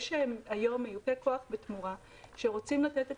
יש היום מיופי כוח בתמורה שרוצים לתת את